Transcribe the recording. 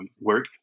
work